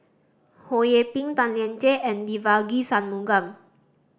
Ho Yee Ping Tan Lian Chye and Devagi Sanmugam